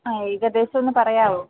ആ ഏകദേശം ഒന്ന് പറയാമോ